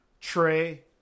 Trey